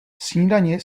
snídani